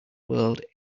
world